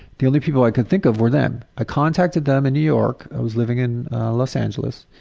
the only people i could think of were them. i contacted them in new york, i was living in los angeles,